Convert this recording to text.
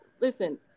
Listen